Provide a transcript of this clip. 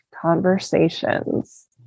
conversations